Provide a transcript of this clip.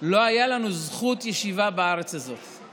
לא הייתה לנו זכות ישיבה בארץ הזאת.